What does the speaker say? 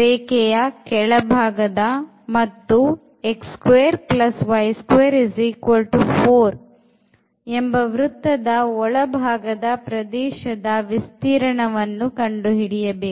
ರೇಖೆಯ ಕೆಳಭಾಗದ ಮತ್ತು ವೃತ್ತದ ಒಳಭಾಗದ ಪ್ರದೇಶದ ವಿಸ್ತೀರ್ಣವನ್ನು ಕಂಡು ಹಿಡಿಯಬೇಕು